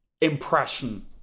impression